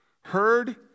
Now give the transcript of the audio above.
Heard